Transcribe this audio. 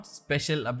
special